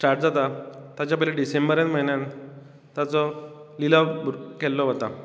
start जाता ताचे पयली डिसेंबर म्हयन्यांत ताचो निलाम केल्लो वता